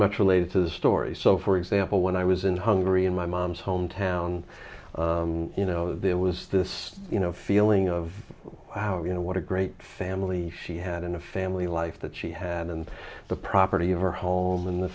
much related to the story so for example when i was in hungary in my mom's hometown you know there was this feeling of how you know what a great family she had in a family life that she had and the property of her home in the